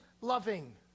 loving